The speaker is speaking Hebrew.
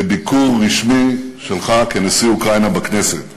בביקור רשמי שלך כנשיא אוקראינה בכנסת.